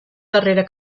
darrera